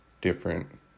different